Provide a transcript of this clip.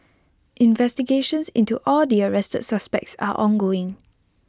investigations into all the arrested suspects are ongoing